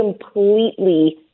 completely